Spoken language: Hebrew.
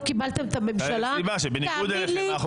אבל הייתה לזה סיבה, את יודעת.